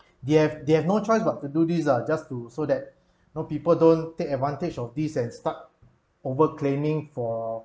they have they've no choice but to do this uh just too so that no people don't take advantage of this and start over claiming for